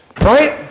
right